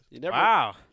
Wow